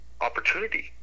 opportunity